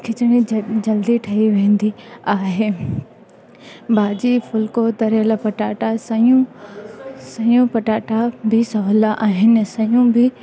खिचड़ी जल्दी ठही वेंदी आहे भाॼी फुलिको तरियल पटाटा सयूं सयूं पटाटा बि सवला आहिनि सयूं बि